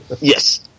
Yes